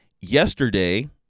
yesterday